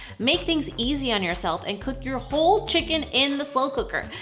make things easy on yourself and cook your whole chicken in the slow cooker.